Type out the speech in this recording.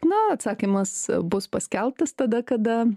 na atsakymas bus paskelbtas tada kada